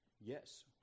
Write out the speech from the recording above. yes